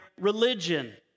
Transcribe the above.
religion